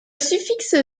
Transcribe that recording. suffixe